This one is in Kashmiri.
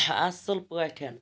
اَصل پٲٹھۍ